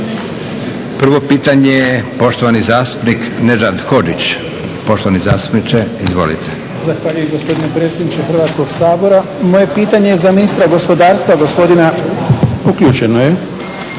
Prvo pitanje, poštovani zastupnik Nedžad Hodžić. Poštovani zastupniče, izvolite. **Hodžić, Nedžad (BDSH)** Zahvaljujem gospodine predsjedniče Hrvatskog sabora. Moje pitanje je za ministra gospodarstva, gospodina… Uključeno je.